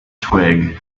twig